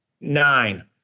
Nine